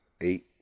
eight